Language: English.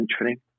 training